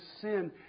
sin